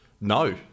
No